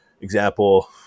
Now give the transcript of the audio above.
example